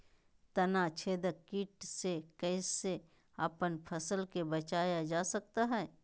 तनाछेदक किट से कैसे अपन फसल के बचाया जा सकता हैं?